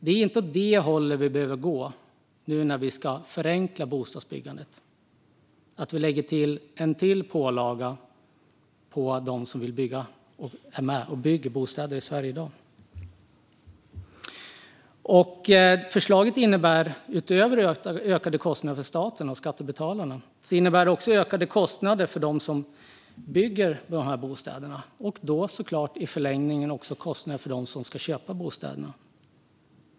Det är inte åt det hållet vi behöver gå nu när vi ska förenkla bostadsbyggandet att vi lägger till en till pålaga på dem som vill bygga och är med och bygger bostäder i Sverige i dag. Förslaget innebär utöver ökade kostnader för staten och skattebetalarna också ökade kostnader för dem som bygger bostäderna och då såklart i förlängningen kostnader för dem som ska köpa bostäderna.